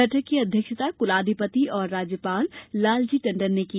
बैठक की अध्यक्षता कुलाधिपति और राज्यपाल लालजी टंडन ने की